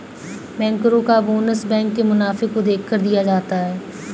बैंकरो का bonus bank के मुनाफे को देखकर दिया जाता है